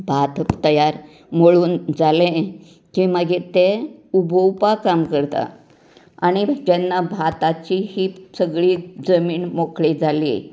भात तयार मळून जालें की मागीर तें उबोवपा काम करता आनी जेन्ना भाताची ही सगळीं जमीन मोकळी जाली